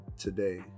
today